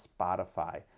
Spotify